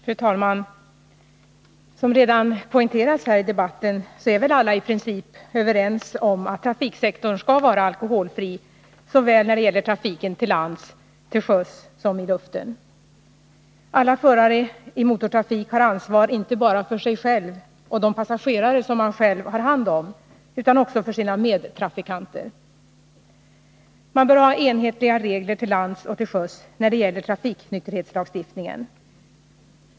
Fru talman! Som redan poängterats här i debatten är väl alla i princip överens om att trafiksektorn skall vara alkoholfri när det gäller såväl trafiken till lands och till sjöss som i luften. Alla förare i motortrafik har ansvar inte bara för sig själva och de passagerare som de själva har hand om utan också för sina medtrafikanter. Man bör ha enhetliga regler till lands och till sjöss när det gäller trafiknykterhetslagstiftningen.